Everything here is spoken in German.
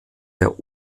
der